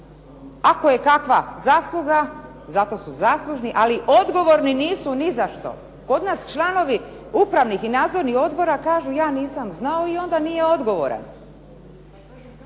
ako je kakva zasluga zato su zaslužni, ali odgovorni nisu ni za što. Kod nas članovi upravnih i nadzornih odbora kažu ja nisam znao i onda kaže ja nisam odgovoran.